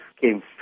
came